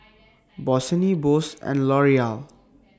Bossini Bose and L'Oreal